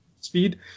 speed